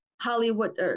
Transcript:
Hollywood